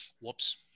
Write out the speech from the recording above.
Whoops